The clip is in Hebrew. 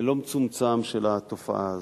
לא מצומצם של התופעה הזאת.